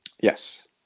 yes